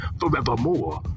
forevermore